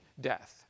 death